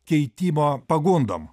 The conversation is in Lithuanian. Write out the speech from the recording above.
keitimo pagundom